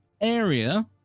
area